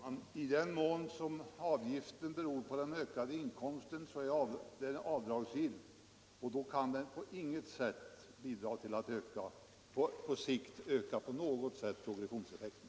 Herr talman! I den mån som avgiften beror på den ökade inkomsten är den avdragsgill, och då kan den på inget sätt på sikt bidra till att öka progressionseffekten.